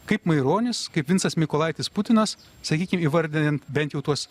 kaip maironis kaip vincas mykolaitis putinas sakykim įvardijant bent jau tuos